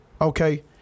okay